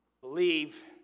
believe